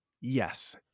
Yes